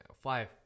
five